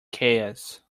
chaos